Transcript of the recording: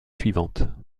suivante